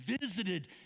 visited